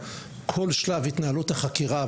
כל שלב התנהלות החקירה,